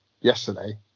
yesterday